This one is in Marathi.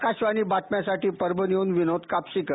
आकाशवाणी बातम्यासाठी परभणीहून विनोद कापसीकर